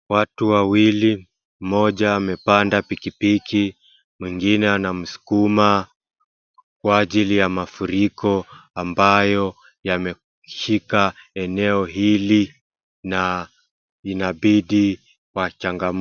Watu wawili mmoja amepanda pikipiki mwengine anamsukuma kwa ajili ya mafuriko ambayo yame shika eneo hili na inabidi wachangamke.